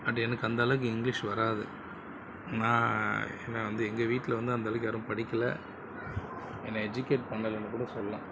but எனக்கு அந்தளவுக்கு English வராது நான் ஏன்னால் வந்து எங்கள் வீட்டில் வந்து அந்தளவுக்கு யாரும் படிக்கலை என்னை எஜிகேட் பண்ணலைன்னு கூட சொல்லலாம்